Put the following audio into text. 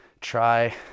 Try